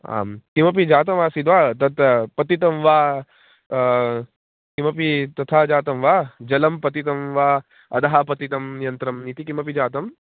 आं किमपि जातमासीत् वा तत् पतितं वा किमपि तथा जातं वा जलं पतितं वा अधः पतितं यन्त्रम् इति किमपि जातम्